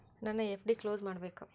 ನನ್ನ FD close ಮಾಡಬೇಕು